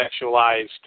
sexualized